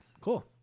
Cool